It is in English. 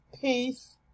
peace